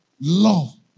love